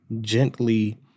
gently